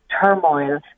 turmoil